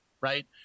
Right